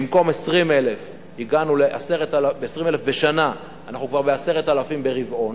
במקום 20,000 בשנה אנחנו כבר ב-10,000 ברבעון,